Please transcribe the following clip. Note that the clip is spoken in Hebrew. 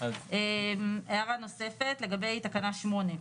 הערה נוספת, לגבי תקנה 8: